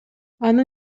анын